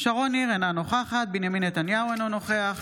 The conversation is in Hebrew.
שרון ניר, אינה נוכחת בנימין נתניהו, אינו נוכח